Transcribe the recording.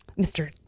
Mr